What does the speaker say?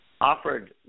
offered